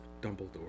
Dumbledore